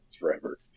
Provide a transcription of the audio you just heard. forever